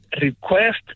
request